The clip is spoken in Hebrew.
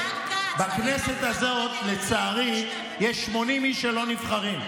השר כץ, בכנסת הזאת, לצערי, יש 80 איש שלא נבחרים.